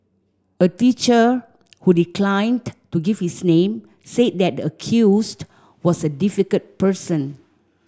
a teacher who declined to give his name said that the accused was a difficult person